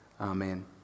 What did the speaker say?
Amen